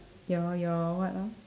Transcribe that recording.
your your what ah